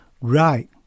Right